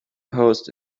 post